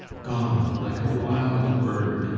gone like a wild bird,